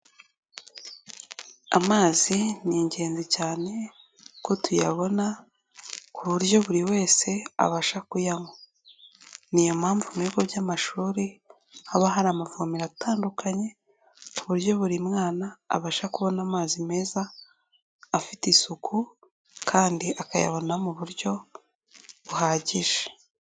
Amazi ni ingenzi cyane ko tuyabona ku buryo buri wese abasha kuyaywa, ni iyo mpamvu mu bigo by'amashuri haba hari amavomero atandukanye ku buryo buri mwana abasha kubona amazi meza, afite isuku kandi akayabona mu buryo buhagije.